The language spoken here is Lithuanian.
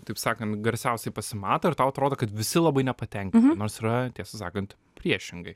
taip sakant garsiausiai pasimato ir tau atrodo kad visi labai nepatenkinti nors yra tiesą sakant priešingai